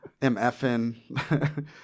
mfn